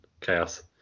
chaos